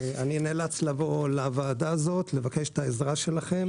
אני נאלץ לבוא לוועדה הזאת לבקש את העזרה שלכם